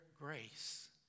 grace